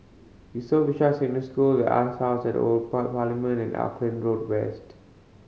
Yusof Ishak Secondary School The Arts House Old Parliament and Auckland Road West